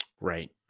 Right